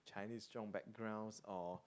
Chinese strong backgrounds or